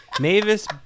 mavis